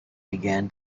began